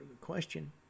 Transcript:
question